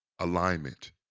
alignment